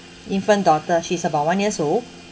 infant daughter she's about one years old